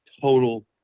total